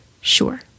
sure